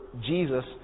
Jesus